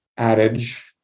Adage